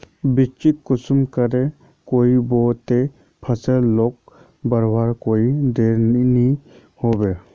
बिच्चिक कुंसम करे बोई बो ते फसल लोक बढ़वार कोई देर नी होबे?